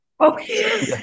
Okay